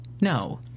no